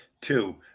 Two